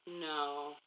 no